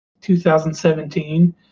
2017